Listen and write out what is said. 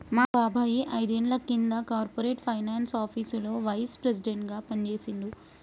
మా బాబాయ్ ఐదేండ్ల కింద కార్పొరేట్ ఫైనాన్స్ ఆపీసులో వైస్ ప్రెసిడెంట్గా పనిజేశిండు